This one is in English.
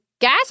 Gas